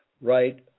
right